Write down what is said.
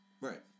Right